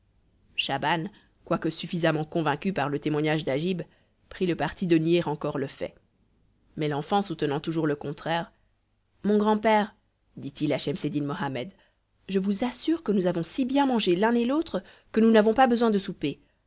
schaban quoique suffisamment convaincu par le témoignage d'agib prit le parti de nier encore le fait mais l'enfant soutenant toujours le contraire mon grand-père dit-il à schemseddin mohammed je vous assure que nous avons si bien mangé l'un et l'autre que nous n'avons pas besoin de souper